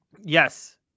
Yes